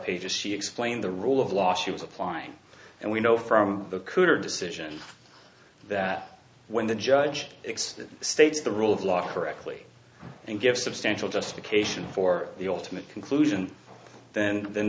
pages she explained the rule of law she was applying and we know from the couter decision that when the judge it's states the rule of law correctly and give substantial justification for the ultimate conclusion then then